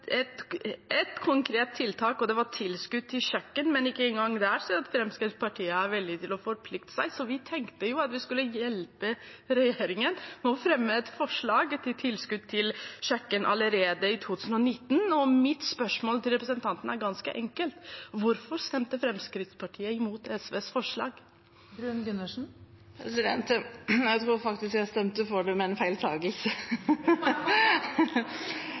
konkret tiltak: tilskudd til kjøkken. Men ikke engang der er Fremskrittspartiet villig til å forplikte seg. Vi tenkte vi skulle hjelpe regjeringen ved å fremme et forslag om tilskudd til kjøkken allerede i 2019. Mitt spørsmål til representanten er ganske enkelt: Hvorfor stemte Fremskrittspartiet imot SVs forslag? Jeg tror faktisk jeg stemte for det ved en